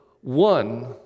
one